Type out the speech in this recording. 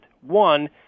one